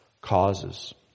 causes